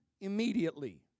immediately